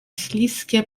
śliskie